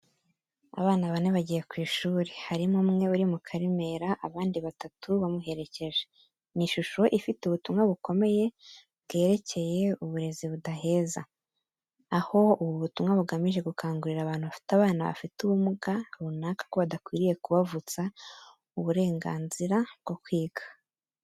Abana bane bagiye ku ishuri, harimo umwe uri mu karemera, abandi batatu bamuherekeje. Ni ishusho ifite ubutumwa bukomeye bwerekeye uburezi budaheza, aho ubu butumwa bugamije gukangurira abantu bafite abana bafite ubumuga runaka ko badakwiriye kubavutsa uburenganzira bwo kwiga.